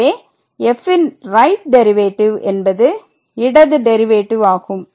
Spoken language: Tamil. எனவே f ன் ரைட் டெரிவேட்டிவ் என்பது இடது டெரிவேட்டிவ் ஆகும்